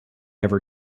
ever